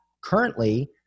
currently